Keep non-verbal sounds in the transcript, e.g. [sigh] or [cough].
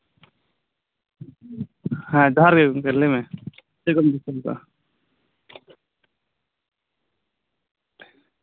ᱦᱮᱸ ᱡᱚᱦᱟᱨ ᱜᱮ ᱜᱚᱝᱠᱮ ᱞᱟᱹᱭ ᱢᱮ ᱪᱮᱫ ᱠᱚᱢ ᱪᱮᱠᱟᱭᱮᱫᱟ [unintelligible]